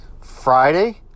Friday